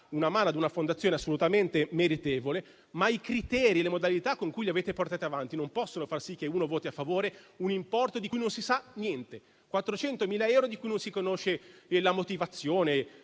una mano ad una fondazione assolutamente meritevole, ma i criteri e le modalità con cui lo avete portato avanti non possono far sì che si voti a favore di un importo di cui non si sa niente, 400.000 euro di cui non si conosce la motivazione,